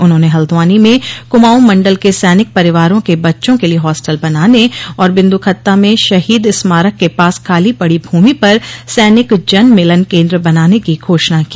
उन्होंने हल्द्वानी में कुमाऊं मण्डल के सैनिक परिवारो के बच्चो के लिए हॉस्टल बनाने और बिन्दुखत्ता में शहीद स्मारक के पास खाली पड़ी भूमि पर सैनिक जन मिलन केन्द्र बनाने की घोषणा की